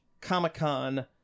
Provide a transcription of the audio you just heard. Comic-Con